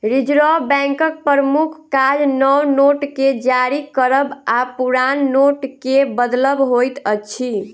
reserve बैंकक प्रमुख काज नव नोट के जारी करब आ पुरान नोटके बदलब होइत अछि